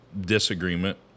disagreement